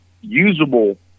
usable